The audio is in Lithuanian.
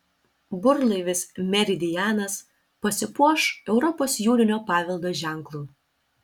burlaivis meridianas pasipuoš europos jūrinio paveldo ženklu